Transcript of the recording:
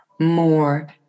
more